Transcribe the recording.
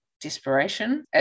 desperation